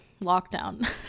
lockdown